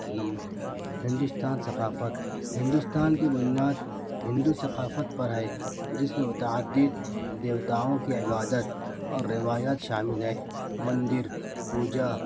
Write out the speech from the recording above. number Hindustan ثقافت ہندوستان کی بنیاد ہندو ثقافت پر ہے جس میں متعدد دیوتاؤں کی عبادت اور روایات شامل ہیں مندر پوجا